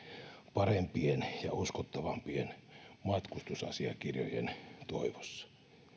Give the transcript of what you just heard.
parempien ja uskottavampien matkustusasiakirjojen toivossa